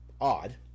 odd